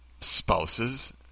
spouses